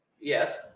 Yes